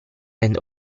and